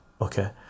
okay